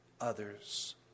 others